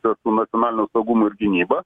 susiję su nacionaliniu saugumu ir gynyba